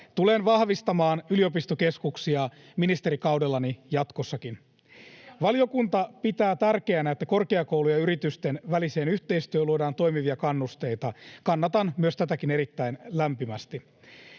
Tulen vahvistamaan yliopistokeskuksia ministerikaudellani jatkossakin. [Eduskunnasta: Hienoa!] Valiokunta pitää tärkeänä, että korkeakoulujen ja yritysten väliseen yhteistyöhön luodaan toimivia kannusteita. Kannatan myös tätäkin erittäin lämpimästi.